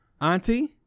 Auntie